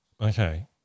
Okay